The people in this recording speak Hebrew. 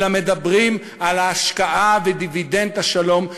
אלא מדברים על ההשקעה ועל דיבידנד השלום,